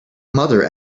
mother